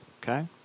okay